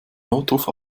notruf